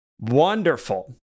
Wonderful